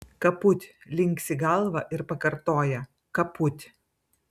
kaput linksi galvą ir pakartoja kaput